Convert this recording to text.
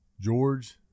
George